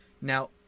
now